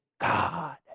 God